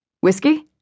Whiskey